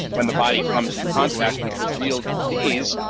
when the body comes in contact with the real disease,